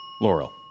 Laurel